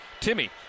Timmy